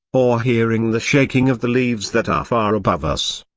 or hearing the shaking of the leaves that are far above us.